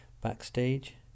backstage